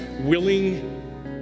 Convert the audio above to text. willing